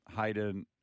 Hayden